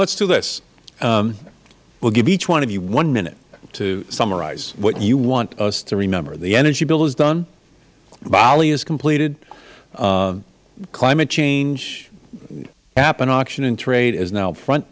let's do this we will give each one of you one minute to summarize what you want us to remember the energy bill is done bali is completed climate change cap and auction and trade is now front